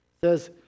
says